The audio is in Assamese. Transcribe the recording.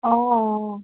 অঁ